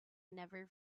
never